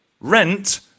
rent